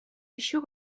еще